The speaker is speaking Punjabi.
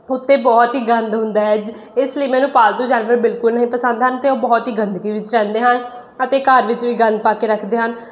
ਉੱਤੇ ਬਹੁਤ ਹੀ ਗੰਦ ਹੁੰਦਾ ਹੈ ਇਸ ਲਈ ਮੈਨੂੰ ਪਾਲਤੂ ਜਾਨਵਰ ਬਿਲਕੁਲ ਨਹੀਂ ਪਸੰਦ ਹਨ ਅਤੇ ਉਹ ਬਹੁਤ ਹੀ ਗੰਦਗੀ ਵਿੱਚ ਰਹਿੰਦੇ ਹਨ ਅਤੇ ਘਰ ਵਿੱਚ ਵੀ ਗੰਦ ਪਾ ਕੇ ਰੱਖਦੇ ਹਨ